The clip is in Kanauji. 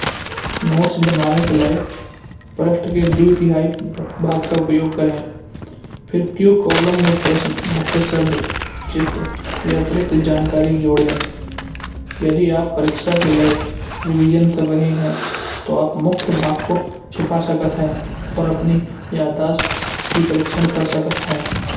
नोट्स बनावे के लिये पृष्ठ के दुई तिहाई भाग का उपयोग करें। फिर क्यों कॉलम में प्रश्न मुख्य शब्द चित्र अर्थात जानकारी जोड़ें यदि आप परीक्षा के लिये रिविजन कर रहे हैं। तो आप मुख्य भाग को छुपा सकत हैं और अपनी यदासht की परिक्षण कर सकत हैं।